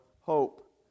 hope